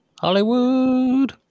Hollywood